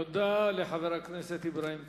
תודה לחבר הכנסת אברהים צרצור.